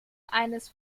eines